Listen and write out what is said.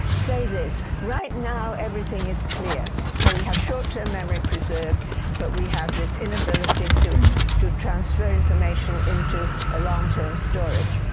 say this. right now everything is clear. so we have short term memory preserved but we have this inability to to transfer information into ah long term storage.